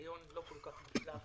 ניסיון לא כל כך מוצלח